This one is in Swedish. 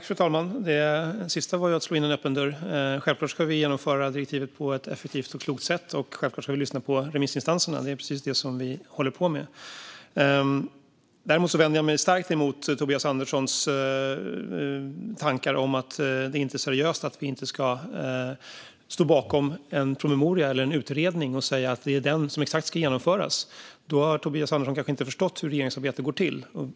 Fru talman! Det sista var ju att slå in en öppen dörr. Självklart ska vi genomföra direktivet på ett effektivt och klokt sätt, och självklart ska vi lyssna på remissinstanserna. Det är precis det som vi håller på med. Jag vänder mig starkt emot Tobias Anderssons tankar om att det inte är seriöst att vi inte ska stå bakom en promemoria eller en utredning och säga att det är exakt den som ska genomföras. Då har Tobias Andersson kanske inte förstått hur regeringsarbete går till.